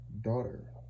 daughter